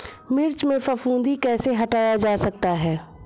मिर्च में फफूंदी कैसे हटाया जा सकता है?